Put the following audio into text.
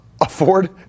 afford